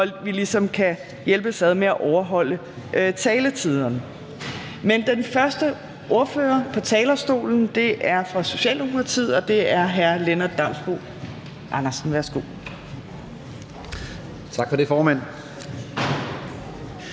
ligesom kan hjælpes ad med at overholde taletiderne. Forhandlingen er åbnet, og den første ordfører på talerstolen er fra Socialdemokratiet, og det er hr. Lennart Damsbo-Andersen. Værsgo. Kl. 14:09 (Ordfører)